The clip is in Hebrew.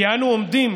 כי אנו עומדים,